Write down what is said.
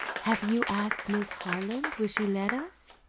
have you asked miss harland? will she let us?